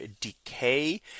decay